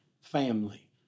family